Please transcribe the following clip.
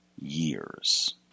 years